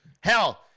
hell